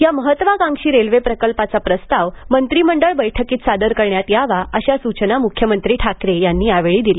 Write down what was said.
या महत्त्वाकांक्षी रेल्वे प्रकल्पाचा प्रस्ताव मंत्रिमंडळ बैठकीत सादर करण्यात यावा अशा सूचना मुख्यमंत्री ठाकरे यांनी यावेळी दिल्या